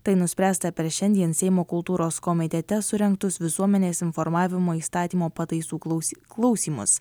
tai nuspręsta per šiandien seimo kultūros komitete surengtus visuomenės informavimo įstatymo pataisų klaus klausymus